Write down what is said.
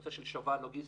הנושא של שובל לוגיסטי,